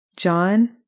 John